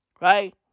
Right